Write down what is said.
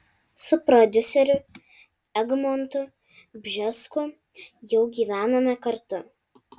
su prodiuseriu egmontu bžesku jau gyvename kartu